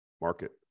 Market